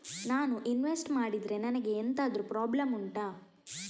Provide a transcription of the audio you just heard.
ನಾನು ಇನ್ವೆಸ್ಟ್ ಮಾಡಿದ್ರೆ ನನಗೆ ಎಂತಾದ್ರು ಪ್ರಾಬ್ಲಮ್ ಉಂಟಾ